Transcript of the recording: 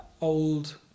old